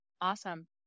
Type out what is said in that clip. Awesome